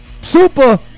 Super